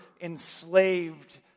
enslaved